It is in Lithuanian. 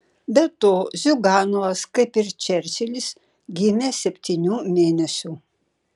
be to ziuganovas kaip ir čerčilis gimė septynių mėnesių